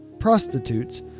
prostitutes